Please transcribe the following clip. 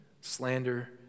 slander